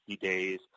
days